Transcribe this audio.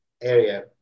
area